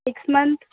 six month